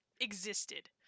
existed